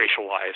racialized